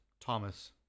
Thomas